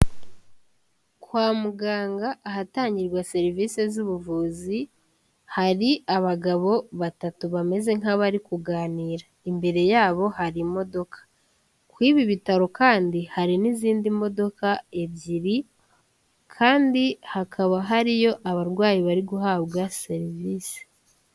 Kwa muganga ahatangirwa serivisi z'ubuvuzi, hari abagabo batatu bameze nk'abari kuganira, imbere yabo hari imodoka, kuri ibi bitaro kandi hari n'izindi modoka ebyiri kandi hakaba hari yo abarwayi bari guhabwa serivisi.